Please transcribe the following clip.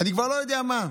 אני כבר לא יודע מה.